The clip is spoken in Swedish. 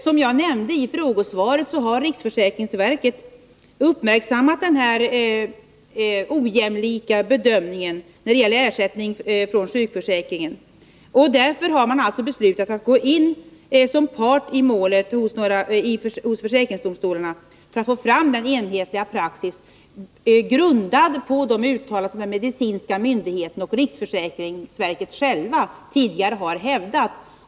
Som jag nämnde i frågesvaret har riksförsäkringsverket uppmärksammat den ojämlika bedömningen när det gäller rätten till ersättning från sjukförsäkringen och därför beslutat att gå in som part i några mål hos försäkringsdomstolarna för att få fram en enhetlig praxis, grundad på de uttalanden som den medicinska myndigheten och riksförsäkringsverket själva tidigare har hävdat.